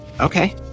Okay